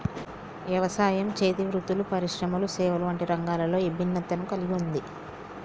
యవసాయం, చేతి వృత్తులు పరిశ్రమలు సేవలు వంటి రంగాలలో ఇభిన్నతను కల్గి ఉంది